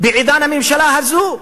בעידן הממשלה הזאת.